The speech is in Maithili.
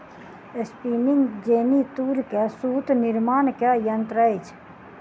स्पिनिंग जेनी तूर से सूत निर्माण के यंत्र अछि